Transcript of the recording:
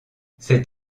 cet